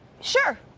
sure